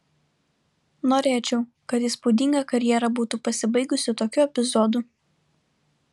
norėčiau kad įspūdinga karjera būtų pasibaigusi tokiu epizodu